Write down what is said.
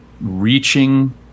reaching